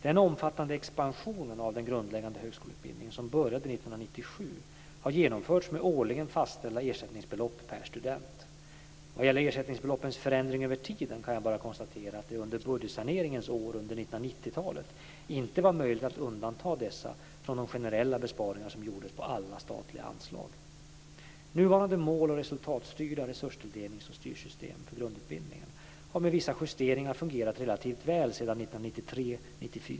Den omfattande expansionen av den grundläggande högskoleutbildningen som började 1997 har genomförts med årligen fastställda ersättningsbelopp per student . Vad gäller ersättningsbeloppens förändring över tiden kan jag bara konstatera att det under budgetsaneringens år under 1990-talet inte var möjligt att undanta dessa från de generella besparingar som gjordes på alla statliga anslag. Nuvarande mål och resultatstyrda resurstilldelnings och styrsystem för grundutbildningen har med vissa justeringar fungerat relativt väl sedan 1993/94.